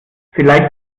vielleicht